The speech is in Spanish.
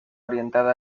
orientada